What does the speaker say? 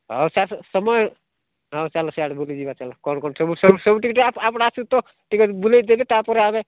ଅ ହେଉ ସାର୍ ସମୟ ହେଉ ଚାଲ ସିଆଡ଼େ ବୁଲି ଯିବା ଚାଲ କ'ଣ କ'ଣ ସବୁ ଆପଣ ଆପଣ ଆସନ୍ତୁ ତ ଟିକେ ବୁଲାଇ ଦେବେ ତାପରେ ଆମେ